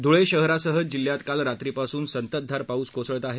धुळे शहरासह जिल्ह्यात काल रात्रीपासून संततधार पाऊस कोसळत आहे